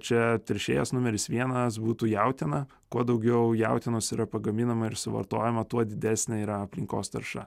čia teršėjas numeris vienas būtų jautiena kuo daugiau jautienos yra pagaminama ir suvartojama tuo didesnė yra aplinkos tarša